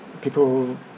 People